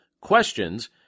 questions